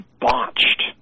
botched